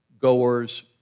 goers